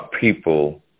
people